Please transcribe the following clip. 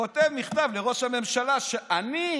כותב מכתב לראש הממשלה שאני